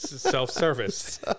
self-service